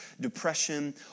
depression